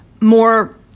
more